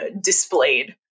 displayed